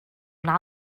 una